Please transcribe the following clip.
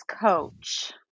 coach